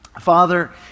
Father